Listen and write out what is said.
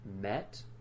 met